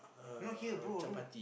not here bro don't